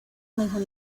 mejor